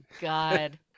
God